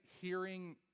hearing